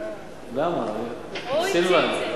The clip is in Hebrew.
סילבן,